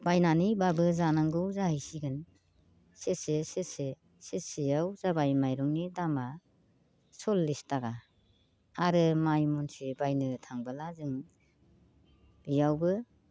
बायनानैबाबो जानांगौ जाहैसिगोन सेरसे सेरसे सेरसेयाव जाबाय माइरंनि दामआ सल्लिस थाखा आरो माइ मनसे बायनो थाङोब्ला जों बेयावबो